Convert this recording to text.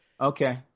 Okay